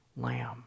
lamb